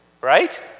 right